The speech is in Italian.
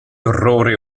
orrore